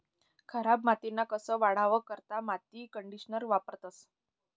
खराब मातीना कस वाढावा करता माती कंडीशनर वापरतंस